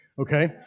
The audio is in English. okay